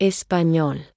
Español